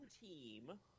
team